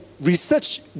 research